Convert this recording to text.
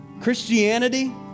Christianity